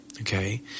okay